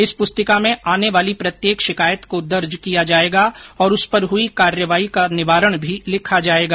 इस पुस्तिका में आने वाली प्रत्येक शिकायत को दर्ज किया जाएगा और उस पर हुई कार्यवाही का निवारण भी लिखा जाएगा